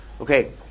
Okay